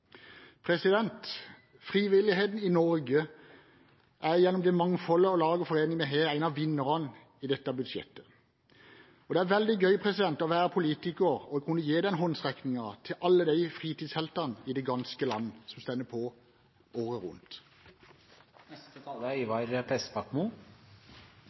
Frivilligheten i Norge er gjennom det mangfoldet av lag og foreninger vi har, én av vinnerne i dette budsjettet. Det er veldig gøy å være politiker og kunne gi den håndsrekningen til alle de fritidsheltene i det ganske land som står på året rundt.